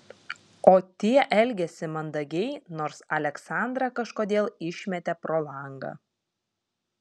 o tie elgėsi mandagiai nors aleksandrą kažkodėl išmetė pro langą